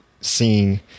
seeing